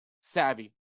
savvy